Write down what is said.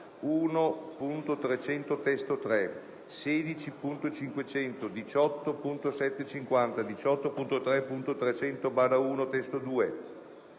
1.300 (testo 3), 16.500, 18.750, 18.0.300/1 (testo 2)